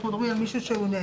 אנחנו מדברים על מישהו שנעדר,